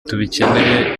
tubikeneye